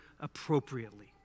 appropriately